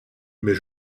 mais